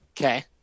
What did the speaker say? Okay